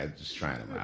ah just trying now.